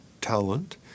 talent